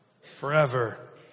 forever